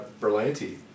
Berlanti